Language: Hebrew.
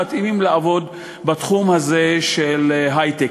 מתאימים לעבוד בתחום הזה של היי-טק.